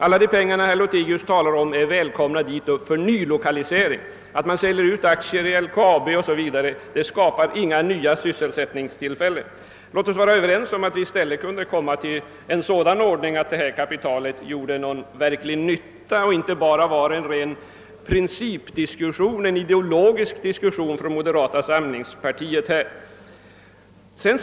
Alla de pengar herr Lothigius talar om är välkomna dit upp för nylokalisering— men att sälja ut aktier i LKAB o.s. v. skulle inte skapa några nya sysselsättningstillfällen. Då skulle detta kapital kunna komma till verklig nytta, och detta skulle inte bara behöva vara ett rent principinlägg, ett ideologiskt inlägg, från moderata samlingspartiets sida.